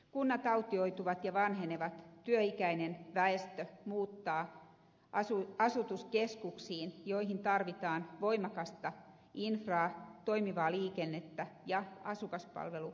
kunnat autioituvat ja vanhenevat työikäinen väestö muuttaa asutuskeskuksiin joihin tarvitaan voimakasta infraa toimivaa liikennettä ja asukaspalvelurakentamista